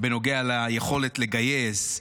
בנוגע ליכולת לגייס,